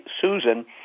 Susan